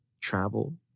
Travel